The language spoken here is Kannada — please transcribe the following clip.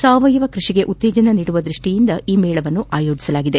ಸಾವಯವ ಕೃಷಿಗೆ ಉತ್ತೇಜನ ನೀಡುವ ದೃಷ್ಟಿಯಿಂದ ಈ ಮೇಳವನ್ನು ಆಯೋಜಿಸಲಾಗಿದೆ